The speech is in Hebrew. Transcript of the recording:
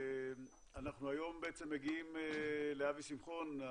אנחנו היום מגיעים לאבי שמחון,